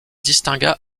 distingua